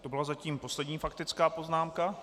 To byla zatím poslední faktická poznámka.